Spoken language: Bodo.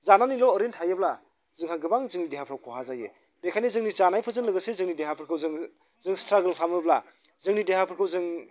जानानैल' ओरैनो थायोब्ला जोंहा गोबां जोंनि देहाफ्राव खहा जायो बेखायनो जोंनि जानायफोरजों लोगोसे जोंनि देहाफोरखौ जोङो जों स्ट्रागोल खालामोब्ला जोंनि देहाफोरखौ जों